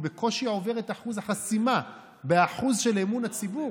הוא בקושי עובר את אחוז החסימה באחוז של אמון הציבור.